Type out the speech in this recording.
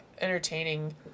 entertaining